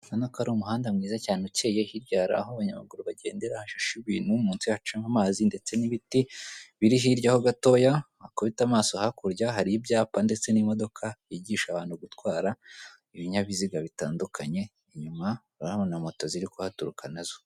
Urabona ko ari umuhanda mwiza cyane ukeye hirya hari aho abanyamaguru bagendera hashashe ibintu munsi hacamo amazi ndetse n'ibiti biri hirya ho gatoya wakubita amaso hakurya hari ibyapa ndetse n'imodoka yigisha abantu gutwara ibinyabiziga bitandukanye inyuma urahabona moto ziri kuhaturuka nazo.